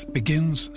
begins